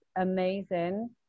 amazing